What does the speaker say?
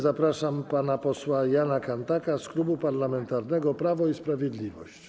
Zapraszam pana posła Jana Kanthaka z Klubu Parlamentarnego Prawo i Sprawiedliwość.